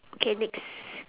okay next